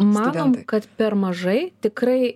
matom kad per mažai tikrai